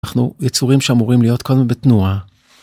אנחנו יצורים שאמורים להיות קודם בתנועה.